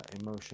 emotion